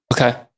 Okay